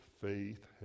faith